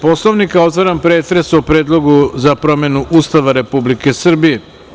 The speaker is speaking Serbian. Poslovnika, otvaram pretres o Predlogu za promenu Ustava Republike Srbije.